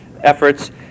efforts